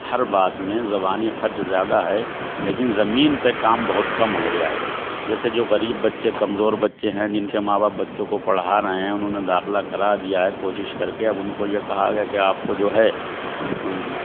ہر بات میں زبانی خرچ زیادہ ہے لیکن زمین پہ کام بہت کم ہو رہا ہے جیسے جو غریب بچے کمزور بچے ہیں جن کے ماں باپ بچوں کو پڑھا رہے ہیں انہوں نے داخلہ کرا دیا ہے کوشش کر کے اب ان کو یہ کہا گیا ہے کہ آپ کو جو ہے